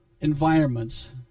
environments